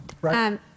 Right